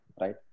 right